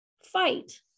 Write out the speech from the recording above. fight